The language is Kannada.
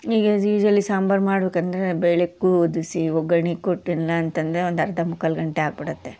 ಈಗ ಆ್ಯಸ್ ಯೂಸ್ವಲಿ ಸಾಂಬಾರು ಮಾಡಬೇಕಂದ್ರೆ ಬೇಳೆ ಕುದುಸಿ ಒಗ್ಗರ್ಣೆ ಕೊಟ್ಟು ಇಲ್ಲಾಂತಂದರೆ ಒಂದು ಅರ್ಧ ಮುಕ್ಕಾಲು ಗಂಟೆ ಆಗ್ಬಿಡತ್ತೆ